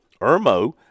Irmo